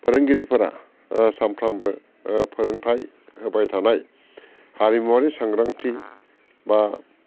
फोरोंगिरिफोरा सानफ्रोमबो फोरोंथाइ होबाय थानाय हारिमुवारि सांग्रांथि बा